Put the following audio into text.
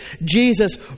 Jesus